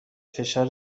فشار